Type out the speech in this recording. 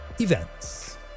events